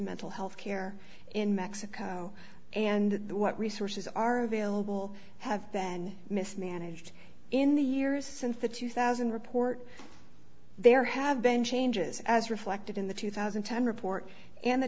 mental health care in mexico and what resources are available have then mismanaged in the years since the two thousand report there have been changes as reflected in the two thousand and ten report and the